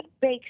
bake